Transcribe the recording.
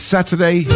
Saturday